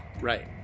right